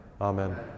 Amen